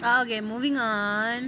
okay moving on